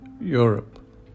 Europe